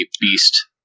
beast